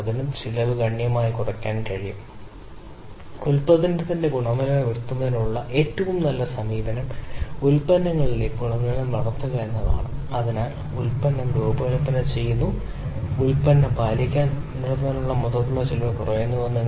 ഉദാഹരണത്തിന് നിങ്ങൾ ഒരു ഉപകരണത്തിലെ വൈബ്രേഷനെക്കുറിച്ചും ശബ്ദത്തെക്കുറിച്ചും സംസാരിക്കുന്നുവെങ്കിൽ നമ്മൾ പറയാം നിങ്ങൾക്ക് അറിയാവുന്ന ഒരുതരം അഭികാമ്യമല്ലാത്ത പാരാമീറ്ററാണ് സമയം 2010 കാണുക നിങ്ങൾ സംസാരിക്കുന്ന പാരാമീറ്ററുകൾ ഒരു ഷാഫ്റ്റിന്റെ അളവുകൾ പറയട്ടെ